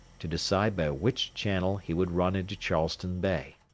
to decide by which channel he would run into charleston bay.